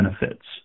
benefits